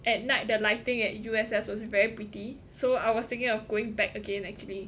at night the lighting at U_S_S was very pretty so I was thinking of going back again actually